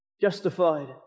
Justified